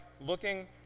looking